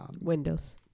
windows